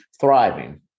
thriving